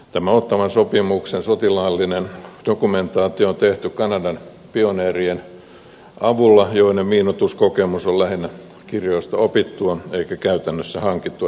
tämä ottawan sopimuksen sotilaallinen dokumentaatio on tehty kanadan pioneerien avulla joiden miinoituskokemus on lähinnä kirjoista opittua eikä käytännössä hankittua